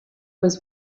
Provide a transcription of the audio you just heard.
was